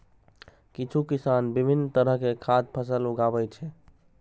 किछु किसान विभिन्न तरहक खाद्य फसल उगाबै छै